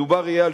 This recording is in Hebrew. מדובר יהיה על